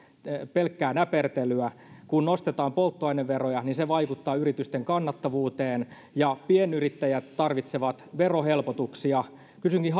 pelkkää näpertelyä kun nostetaan polttoaineveroja niin se vaikuttaa yritysten kannattavuuteen ja pienyrittäjät tarvitsevat verohelpotuksia kysynkin